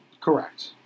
Correct